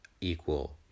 equal